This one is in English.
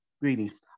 Greetings